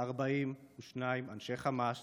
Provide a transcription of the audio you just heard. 142 אנשי חמאס